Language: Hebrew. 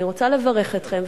אני רוצה לברך אתכם,